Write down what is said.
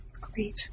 Great